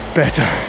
better